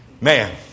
Man